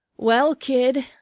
well, kid,